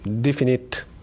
definite